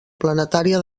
planetària